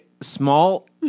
small